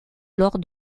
lors